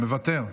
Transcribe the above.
מוותר,